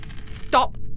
Stop